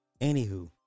Anywho